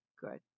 good